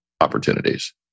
opportunities